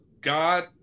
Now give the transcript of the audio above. God